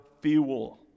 fuel